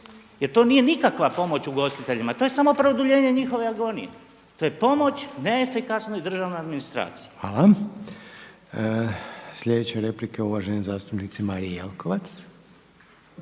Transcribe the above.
jer to nije nikakva pomoć ugostiteljima, to je samo produljenje njihove agonije, to je pomoć neefikasnoj državnoj administraciji. **Reiner, Željko (HDZ)** Hvala. Sljedeća replika je uvažene zastupnice Marije Jelkovac.